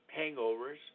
hangovers